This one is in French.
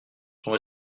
sont